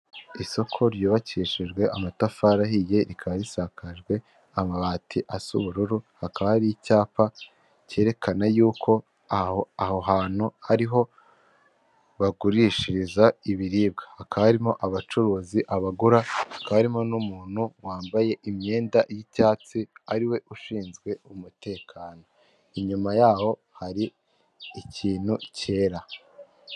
Isoko ryubakishijwe amatafari ahiye rikaba risakajwe amabati asa ubururu hakaba hari icyapa cyerekana yuko aho aho hantu hariho bagurishiriza ibiribwa hakaba harimo abacuruzi, abagura karimo n'umuntu wambaye imyenda y'icyatsi ariwe ushinzwe umutekano, inyuma yaho hari ikintu cyera.